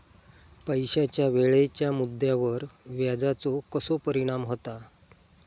पैशाच्या वेळेच्या मुद्द्यावर व्याजाचो कसो परिणाम होता